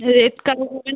red cow হবে